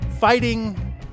fighting